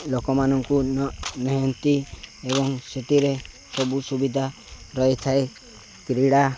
ଲୋକମାନଙ୍କୁ ନିଅନ୍ତି ଏବଂ ସେଥିରେ ସବୁ ସୁବିଧା ରହିଥାଏ କ୍ରୀଡ଼ା